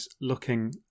looking